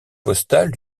postales